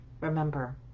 remember